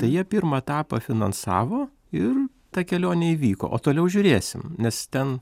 tai jie pirmą etapą finansavo ir ta kelionė įvyko o toliau žiūrėsim nes ten